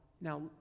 Now